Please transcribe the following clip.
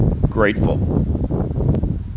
grateful